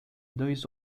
dois